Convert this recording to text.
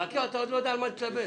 חכה,